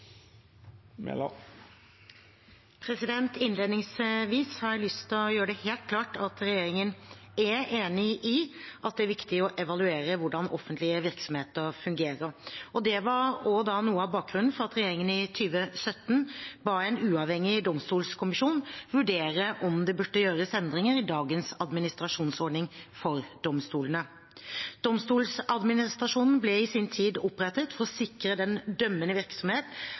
Innledningsvis har jeg lyst til å gjøre det helt klart at regjeringen er enig i at det er viktig å evaluere hvordan offentlige virksomheter fungerer. Det var også noe av bakgrunnen for at regjeringen i 2017 ba en uavhengig domstolkommisjon vurdere om det burde gjøres endringer i dagens administrasjonsordning for domstolene. Domstoladministrasjonen ble i sin tid opprettet for å sikre at den dømmende